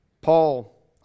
Paul